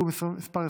חבר הכנסת סעדי,